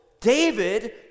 David